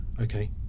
Okay